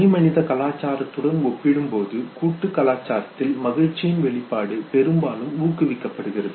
தனிமனித கலாச்சாரத்துடன் ஒப்பிடும்போது கூட்டுக் கலாச்சாரத்தில் மகிழ்ச்சியின் வெளிப்பாடு பெரும்பாலும் ஊக்குவிக்கப்படுகிறது